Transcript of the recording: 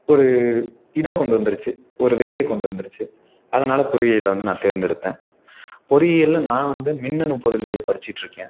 ஒரு இதை கொண்டு வந்துருச்சு ஒரு வெறியை கொண்டு வந்துருச்சு அதனால் பொறியியலை வந்து நான் தேர்ந்தெடுத்தேன் பொறியியலில் நான் வந்து மின்னணு பொருளியல் படிச்சுட்ருக்கேன்